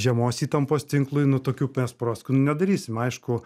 žemos įtampos tinklui nu tokių mes proskynų nedarysim aišku